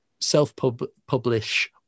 self-publish